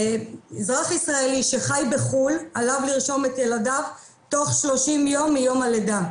אזרח ישראלי שחי בחו"ל עליו לרשום את ילדיו תוך 30 יום מיום הלידה.